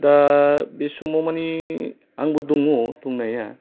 दा बे समाव मानि आंबो दङ दंनाया